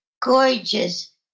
gorgeous